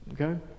Okay